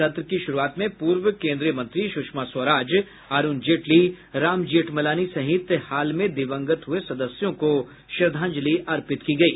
सत्र की शुरूआत में पूर्व केन्द्रीय मंत्री सुषमा स्वराज अरूण जेटली राम जेठमलानी सहित हाल में दिवंगत हुए सदस्यों को श्रद्धांजलि अर्पित की गयी